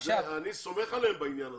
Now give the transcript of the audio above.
סומך עליהם בעניין הזה.